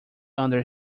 under